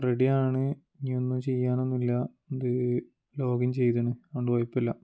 ready ആണ് ഇനി ഒന്നും ചെയ്യാനൊന്നുമില്ല ഇത് ലോഗിൻ ചെയ്ത്ണ് അതുകൊണ്ട് കുഴപ്പം ഇല്ല